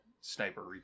sniper